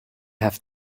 have